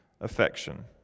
affection